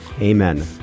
Amen